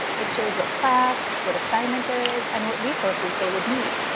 it shows what class, what assignment there is and what resources they would need.